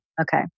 Okay